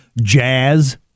jazz